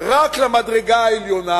רק למדרגה העליונה,